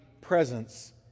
presence